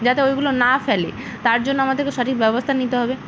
যাতে ওইগুলো না ফেলে তার জন্য আমাদেরকে সঠিক ব্যবস্থা নিতে হবে